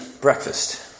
breakfast